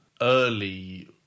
early